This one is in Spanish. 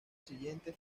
siguiente